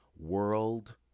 world